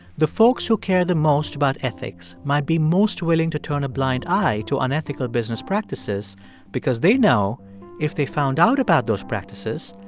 the folks who care the most about ethics might be most willing to turn a blind eye to unethical business practices because they know if they found out about those practices,